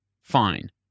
fine